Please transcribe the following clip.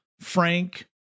Frank